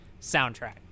soundtrack